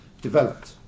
developed